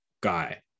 guy